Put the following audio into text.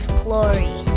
glory